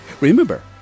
Remember